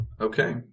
Okay